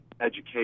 education